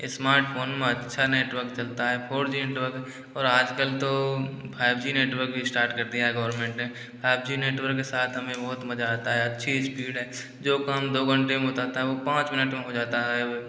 smartphone में अच्छा network चलता है जी तो और आजकल तो फाइव जी नेटवर्क भी स्टार्ट कर दिया है गोवर्मेंट ने फाइव जी नेटवर्क के साथ हमें बहुत मजा आता है अच्छी स्पीड है जो काम दो घंटे मे होता था वो पाँच मिनट में हो जाता है